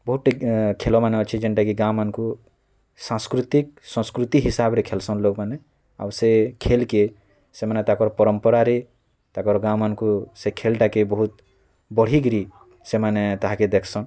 ବହୁଟି ଖେଲ୍ ମାନେ ଅଛି ଯେନ୍ଟାକି ଗାଁମାନ୍କୁ ସାସ୍କୃତିକ ସସ୍କୃତି ହିସାବରେ ଖେଲ୍ସନ୍ ଲୋଗ୍ମାନେ ଆଉ ସେ ଖେଲ୍କେ ସେମାନେ ତାକର୍ ପରମ୍ପରାରେ ତାକର୍ ଗାଁମାନକୁ ସେ ଖେଲ୍ଟାକେ ବହୁତ ବଢ଼ିକିରି ସେମାନେ ତାହାକେ ଦେଖ୍ସନ୍